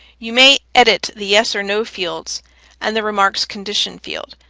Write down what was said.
you may edit the yes or no fields and the remarks condition field.